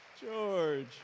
George